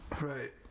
Right